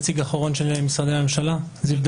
טוב יותר שנציגי הממשלה ישמעו